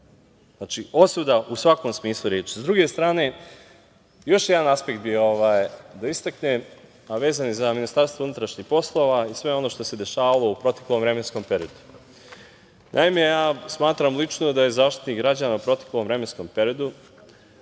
Znači, osuda u svakom smislu reči.S druge strane, još jedan aspekt bi da istaknem, a vezan je za Ministarstvo unutrašnjih poslova i sve ono što se dešavalo u proteklom vremenskom periodu. Naime, smatram lično da je Zaštitnik građana u proteklom vremenskom periodu,